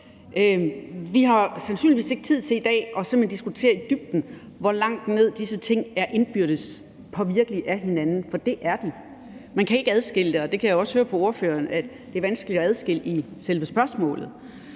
i dag sandsynligvis ikke tid til at diskutere ned i dybden, hvordan disse ting indbyrdes er påvirket af hinanden, for det er de. Man kan ikke adskille det, og jeg kan også høre på ordføreren, at det er vanskeligt at adskille det i selve spørgsmålet.